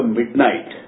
midnight